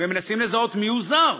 ומנסים לזהות מיהו זר.